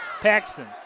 Paxton